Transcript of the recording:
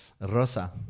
Rosa